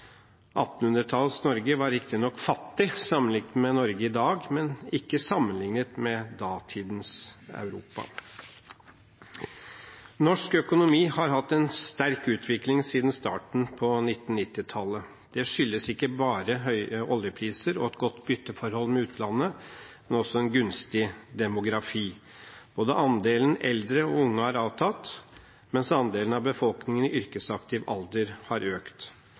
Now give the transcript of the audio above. Norge var riktignok fattig sammenlignet med Norge i dag, men ikke sammenlignet med datidens Europa. Norsk økonomi har hatt en sterk utvikling siden starten på 1990-tallet. Det skyldes ikke bare høye oljepriser og et godt bytteforhold med utlandet, men også en gunstig demografi. Både andelen eldre og unge har avtatt, mens andelen av befolkningen i yrkesaktiv alder har økt.